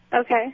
Okay